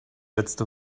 letzte